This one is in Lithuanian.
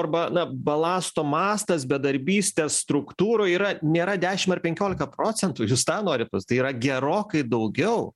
arba na balasto mastas bedarbystės struktūroj yra nėra dešim ar penkiolika procentų jūs tą norit tai yra gerokai daugiau